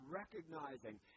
recognizing